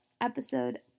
episode